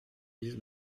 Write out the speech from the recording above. dise